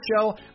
show